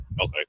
Okay